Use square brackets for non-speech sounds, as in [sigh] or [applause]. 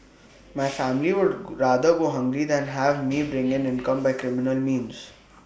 my family would [noise] rather go hungry than have me bring in income by criminal means